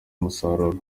umusaruro